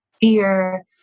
fear